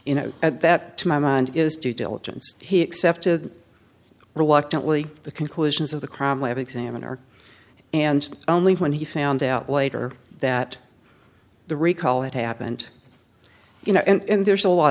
you know at that to my mind is due diligence he accepted reluctantly the conclusions of the crime lab examiner and only when he found out later that the recall had happened you know and there's a lot